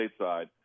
stateside